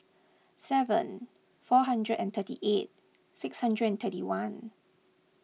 seven four hundred and thirty eight six hundred and thirty one